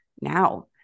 Now